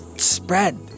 spread